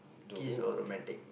kiss or romantic